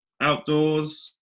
outdoors